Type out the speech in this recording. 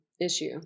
issue